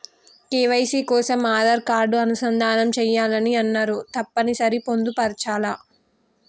KYC కోసం Aadhaar card అనుసంధానం చేయాలని అన్నరు తప్పని సరి పొందుపరచాలా?